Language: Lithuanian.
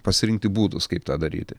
pasirinkti būdus kaip tą daryti